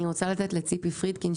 אני רוצה לתת לציפי פרידקין,